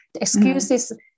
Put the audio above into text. excuses